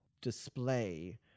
display